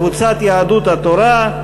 קבוצת יהדות התורה.